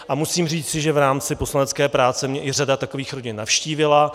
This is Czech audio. A musím říci, že v rámci poslanecké práce mě i řada takových rodin navštívila.